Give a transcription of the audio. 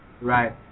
Right